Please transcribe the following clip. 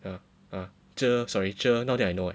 哦哦这 sorry 这 now that I know eh